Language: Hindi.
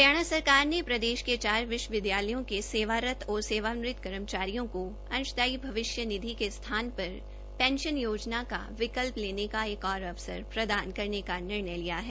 हरियाणा सरकार ने प्रदेश के चार विश्वविद्यालयों के सेवारत और सेवानिवृत कर्मचारियों को अंशदायी भविष्य निधि के स्थान पर पेंशन योजना का विकल्प लेने का एक और अवसर प्रदान करने का निर्णय लिया है